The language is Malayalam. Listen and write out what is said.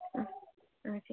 ആ ആ ശരി